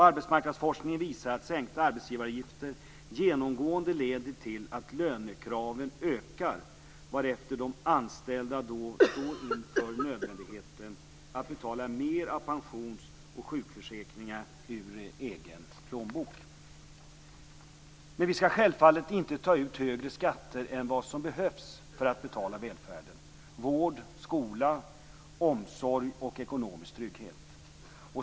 Arbetsmarknadsforskningen visar att sänkta arbetsgivaravgifter genomgående leder till att lönekraven ökar, vartefter de anställda står inför nödvändigheten att betala mer av pensions och sjukförsäkringar ur egen plånbok. Vi skall självfallet inte ta ut högre skatter än vad som behövs för att betala välfärden, dvs. vård, skola, omsorg och ekonomisk trygghet.